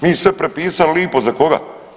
Mi sve prepisali lipo, za koga?